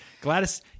Gladys